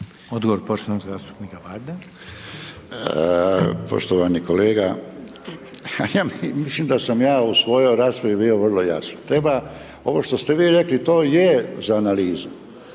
i solidarnosti)** Poštovani kolega, ja mislim da sam ja u svojoj raspravi bio vrlo jasan, treba, ovo što ste vi rekli, to je za analizu,